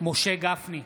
משה גפני,